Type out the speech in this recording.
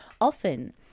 often